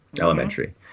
elementary